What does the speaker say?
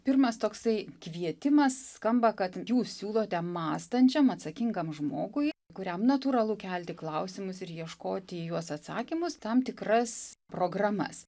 pirmas toksai kvietimas skamba kad jūs siūlote mąstančiam atsakingam žmogui kuriam natūralu kelti klausimus ir ieškoti į juos atsakymus tam tikras programas